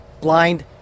blind